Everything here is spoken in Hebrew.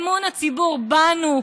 אמון הציבור בנו,